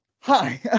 Hi